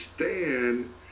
understand